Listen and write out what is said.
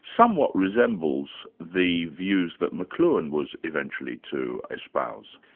somewhat resembles the views that mcluhan was eventually to espouse.